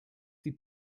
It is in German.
die